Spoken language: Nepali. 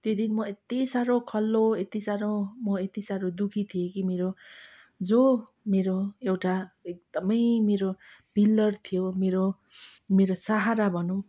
त्यो दिन म यति साह्रो खल्लो यति साह्रो म यति साह्रो दुःखी थिएँ कि मेरो जो मेरो एउटा एकदमै मेरो पिलर थियो मेरो मेरो साहारा भनौँ